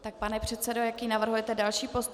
Tak, pane předsedo, jaký navrhujete další postup?